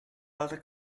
alter